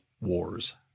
wars